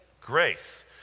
Grace